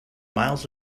miles